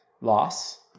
loss